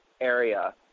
area